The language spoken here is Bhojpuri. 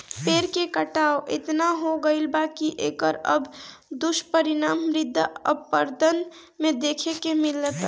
पेड़ के कटाव एतना हो गईल बा की एकर अब दुष्परिणाम मृदा अपरदन में देखे के मिलता